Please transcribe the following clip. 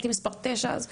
הייתי מספר תשע אז,